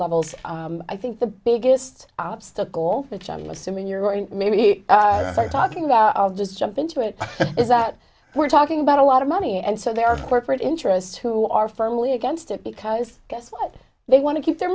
levels i think the biggest obstacle which i'm assuming you're going to maybe start talking about i'll just jump into it is that we're talking about a lot of money and so their corporate interests who are firmly against it because guess what they want to keep their